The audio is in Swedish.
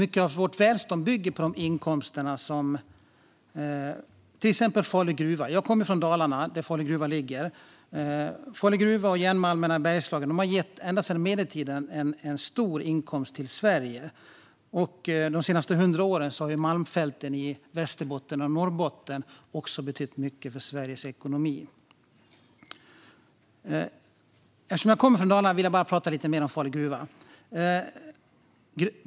Mycket av vårt välstånd bygger på inkomster från till exempel Falu gruva. Jag kommer från Dalarna där Falu gruva ligger. Falu gruva och järnmalmerna i Bergslagen har ända sedan medeltiden gett en stor inkomst till Sverige. De senaste hundra åren har malmfälten i Västerbotten och Norrbotten också betytt mycket för Sveriges ekonomi. Eftersom jag kommer från Dalarna vill jag tala lite mer om Falu gruva.